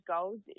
goals